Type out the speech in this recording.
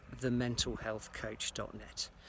thementalhealthcoach.net